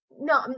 No